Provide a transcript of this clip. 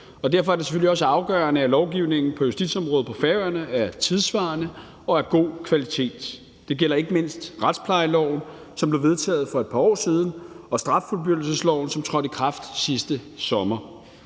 derfor er det selvfølgelig også afgørende, at lovgivningen på justitsområdet på Færøerne er tidssvarende, og at den er af god kvalitet. Det gælder ikke mindst retsplejeloven, som blev vedtaget for et par år siden, og straffuldbyrdelsesloven, som trådte i kraft sidste sommer,